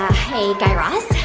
hey, guy raz.